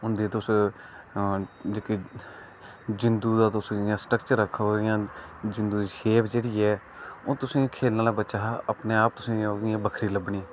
उंदे तुस जेहके जिंदू दा तुस इयां स्ट्रक्चर आक्खो इयां जिंदू दी शेप जेहड़ी ऐ ओह् तुसेंगी खेलने आहले बच्चे दी अपने आप तुसेंगी ओहदी बक्खरी लब्भनी